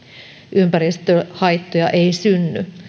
ympäristöhaittoja ei synny